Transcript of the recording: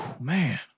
man